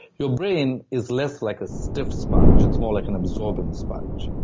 your brain is less like a stiff sponge. it's more like an absorbent sponge.